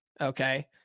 Okay